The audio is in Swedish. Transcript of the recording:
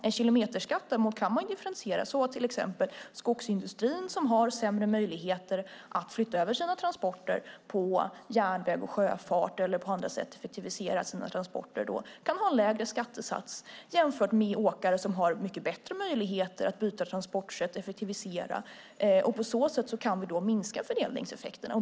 En kilometerskatt kan man däremot differentiera så att till exempel skogsindustrin, som har sämre möjligheter att flytta över sina transporter på järnväg och sjöfart eller på andra sätt effektivisera sina transporter, kan få en lägre skattesats jämfört med åkare, som har mycket bättre möjligheter att byta transportsätt och effektivisera. På så sätt kan vi minska fördelningseffekterna.